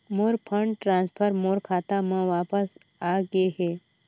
मोर fund transfer मोर खाता म वापस आ गे हे